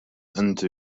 into